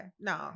no